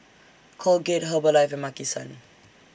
Colgate Herbalife and Maki San